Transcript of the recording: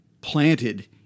planted